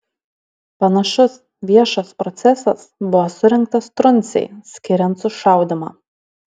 panašus viešas procesas buvo surengtas truncei skiriant sušaudymą